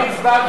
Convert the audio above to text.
אני הצבעתי,